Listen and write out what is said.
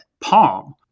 palm